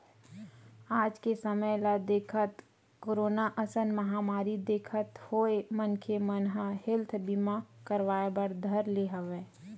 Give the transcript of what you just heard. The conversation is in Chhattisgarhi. आज के समे ल देखत, कोरोना असन महामारी देखत होय मनखे मन ह हेल्थ बीमा करवाय बर धर ले हवय